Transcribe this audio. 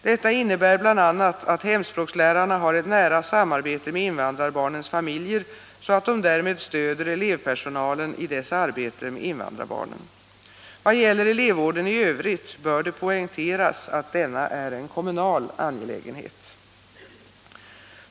Detta innebär bl.a. att hemspråk ärarna har ett nära samarbete med invandrarbarnens familjer, så att de därmed stöder elevvårdspersonalen i dess arbete med invandrarbarnen. I vad gäller elevvården i övrigt bör det poängteras att denna är en kommunal angelägenhet.